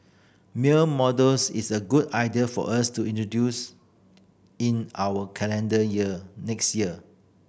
male models is a good idea for us to introduce in our calendar year next year